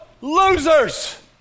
losers